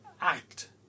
act